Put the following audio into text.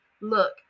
look